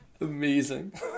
Amazing